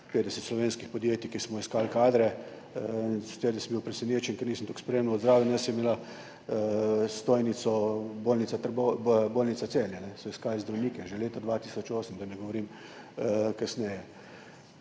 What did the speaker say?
50 slovenskih podjetij, smo iskali kadre, in sicer sem bil presenečen, ker nisem toliko spremljal, zraven je imela stojnico bolnica Celje, so iskali zdravnike že leta 2008, da ne govorim kasneje.